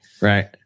right